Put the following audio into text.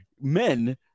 men